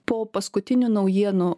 po paskutinių naujienų